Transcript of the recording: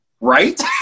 Right